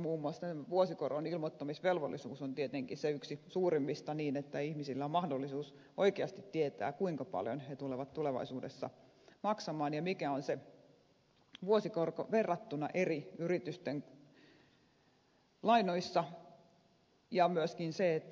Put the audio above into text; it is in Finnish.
muun muassa vuosikoron ilmoittamisvelvollisuus on tietenkin se yksi suurimmista niin että ihmisillä on mahdollisuus oikeasti tietää kuinka paljon he tulevat tulevaisuudessa maksamaan ja mikä on se vuosikorko verrattuna eri yritysten lainoihin ja myöskin se